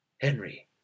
Henry